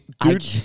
Dude